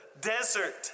desert